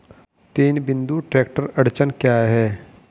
तीन बिंदु ट्रैक्टर अड़चन क्या है?